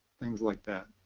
things like that.